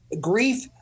grief